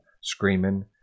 screaming